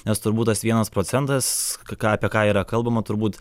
nes turbūt tas vienas procentas ką apie ką yra kalbama turbūt